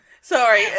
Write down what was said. sorry